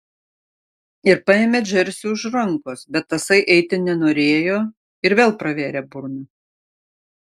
ir paėmė džersį už rankos bet tasai eiti nenorėjo ir vėl pravėrė burną